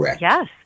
yes